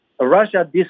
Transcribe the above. Russia